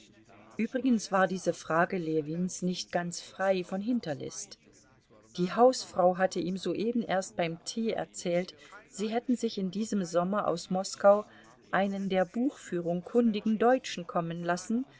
übrigens war diese frage ljewins nicht ganz frei von hinterlist die hausfrau hatte ihm soeben erst beim tee erzählt sie hätten sich in diesem sommer aus moskau einen der buchführung kundigen deutschen kommen lassen